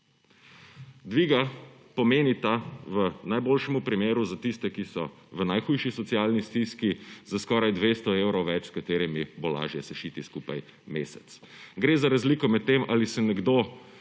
Dviga pomenita v najboljšem primeru za tiste, ki so v najhujši socialni stiski, skoraj 200 evrov več, s katerimi bo lažje sešiti skupaj mesec. Gre za razliko med tem, ali se nekdo